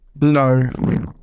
No